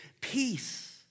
peace